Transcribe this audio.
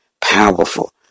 powerful